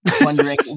wondering